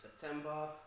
September